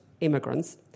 immigrants